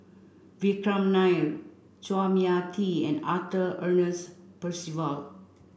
Vikram Nair Chua Mia Tee and Arthur Ernest Percival